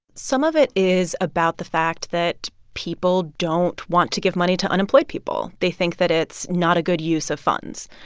some of it is about the fact that people don't want to give money to unemployed people. they think that it's not a good use of funds.